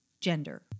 gender